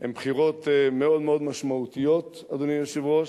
הן בחירות מאוד מאוד משמעותיות, אדוני היושב-ראש,